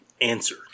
answer